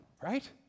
right